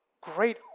great